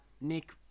Nick